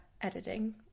editing